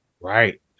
Right